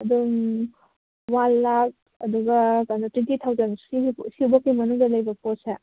ꯑꯗꯨꯝ ꯋꯥꯟ ꯂꯥꯈ ꯑꯗꯨꯒ ꯀꯩꯅꯣ ꯇ꯭ꯋꯦꯟꯇꯤ ꯑꯩꯠ ꯊꯥꯎꯖꯟ ꯑꯁꯤꯐꯥꯎꯕꯒꯤ ꯃꯅꯨꯡꯗ ꯂꯩꯕ ꯄꯣꯠꯁꯦ